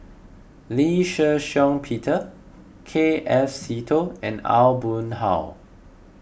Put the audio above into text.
Lee Shih Shiong Peter K F Seetoh and Aw Boon Haw